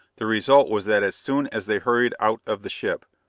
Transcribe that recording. the result was that as soon as they hurried out of the ship,